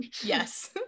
Yes